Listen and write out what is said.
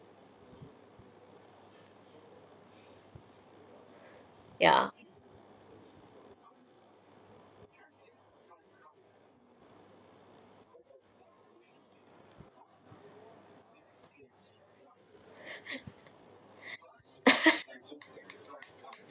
ya